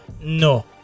no